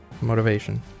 motivation